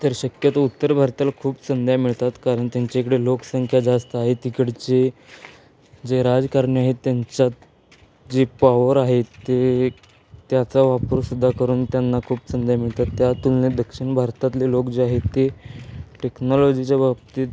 तर शक्यतो उत्तर भारतात खूप संधी मिळतात कारण त्यांच्या इकडे लोकसंख्या जास्त आहे तिकडचे जे राजकारणी आहेत त्यांच्यात जे पॉवर आहे ते त्याचा वापरसुद्धा करून त्यांना खूप संधी मिळतात त्या तुलनेत दक्षिण भारतातले लोक जे आहेत ते टेक्नॉलॉजीच्या बाबतीत